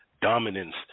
dominance